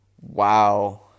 wow